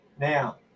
Now